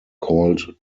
called